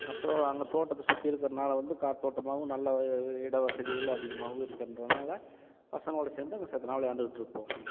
அப்பறம் அங்கே தோட்டத்தை சுற்றி இருக்கிறனால வந்து காற்றோட்டமாவும் நல்லா இட வசதிகளும் அதிகமாகவும் இருக்கின்றனால் பசங்களோட சேர்ந்து அங்கே செத்த நேரம் விளையாண்டுட்டிருப்போம்